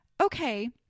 okay